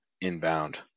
inbound